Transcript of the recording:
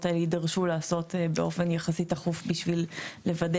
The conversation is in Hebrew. האלה יידרשו לעשות באופן יחסית דחוף בשביל לוודא